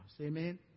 Amen